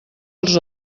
els